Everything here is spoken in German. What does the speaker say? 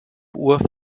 uhr